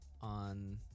on